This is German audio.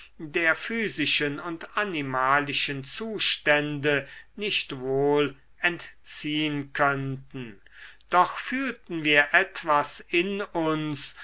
der physischen und animalischen zustände nicht wohl entziehn könnten doch fühlten wir etwas in uns